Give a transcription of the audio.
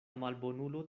malbonulo